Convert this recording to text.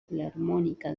filarmónica